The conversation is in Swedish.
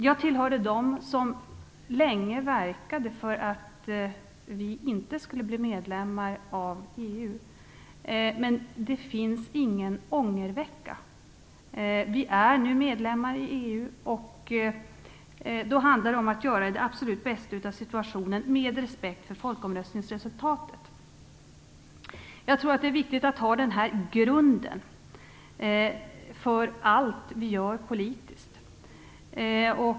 Jag tillhörde dem som länge verkade för att Sverige inte skulle bli medlem i EU. Men det finns ingen ångervecka. Sverige är nu medlem av EU, och då handlar det om att göra det absolut bästa av situationen med respekt för folkomröstningsresultatet. Jag tror att det är viktigt att ha denna grund för allt vi gör politiskt.